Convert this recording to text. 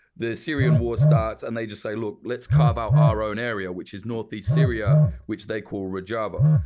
the syrian war starts and they just say, look, let's carve out our own area, which is northeast syria, which they call rojava.